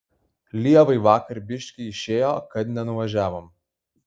lievai vakar biškį išėjo kad nenuvažiavom